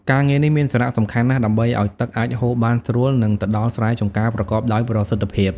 ការងារនេះមានសារៈសំខាន់ណាស់ដើម្បីឲ្យទឹកអាចហូរបានស្រួល និងទៅដល់ស្រែចម្ការប្រកបដោយប្រសិទ្ធភាព។